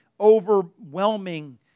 overwhelming